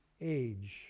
age